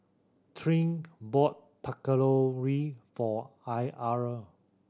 Tyrik bought Patatouille for Ira